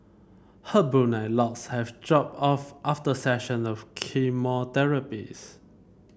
her brunette locks have dropped off after session of chemotherapies